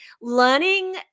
learning